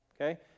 Okay